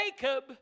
Jacob